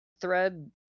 thread